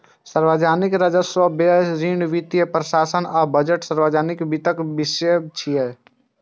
सार्वजनिक राजस्व, व्यय, ऋण, वित्तीय प्रशासन आ बजट सार्वजनिक वित्तक विषय छियै